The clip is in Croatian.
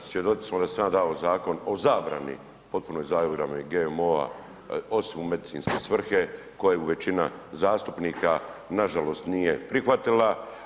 Svjedoci smo da sam ja dao zakon o zabrani potpunoj zabrani GMO-a osim u medicinske svrhe koja je većina zastupnika nažalost nije prihvatila.